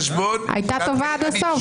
הייתה טובה עד הסוף.